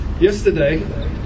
Yesterday